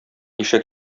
ишәк